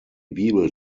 bibel